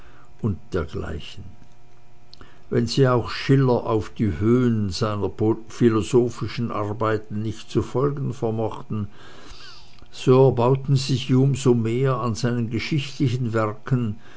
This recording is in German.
und dergleichen wenn sie auch schiller auf die höhen seiner philosophischen arbeiten nicht zu folgen vermochten so erbauten sie sich um so mehr an seinen geschichltlichen werken